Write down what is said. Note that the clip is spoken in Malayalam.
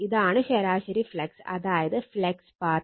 ഇതാണ് ശരാശരി ഫ്ലക്സ് അതായത് ഫ്ലക്സ് പാത്ത്